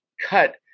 cut